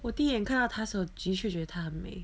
我第一眼看到她的时候也是觉得她很美